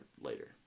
later